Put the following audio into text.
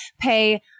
pay